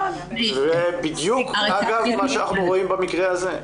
זה בדיוק אגב מה שאנחנו רואים במקרה הזה.